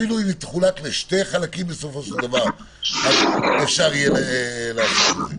אפילו אם היא תחולק לשני חלקים אפשר יהיה לעשות את זה.